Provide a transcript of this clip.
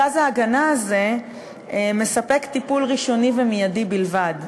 מרכז ההגנה הזה מספק טיפול ראשוני ומיידי בלבד,